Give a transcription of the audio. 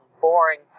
boring